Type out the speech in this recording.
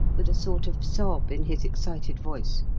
with a sort of sob in his excited voice.